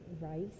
rice